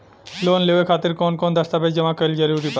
Loan लेवे खातिर कवन कवन दस्तावेज जमा कइल जरूरी बा?